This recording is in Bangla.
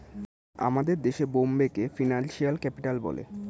আমাদের দেশে বোম্বেকে ফিনান্সিয়াল ক্যাপিটাল বলে